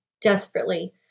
desperately